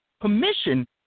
permission